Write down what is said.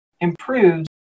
improves